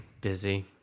busy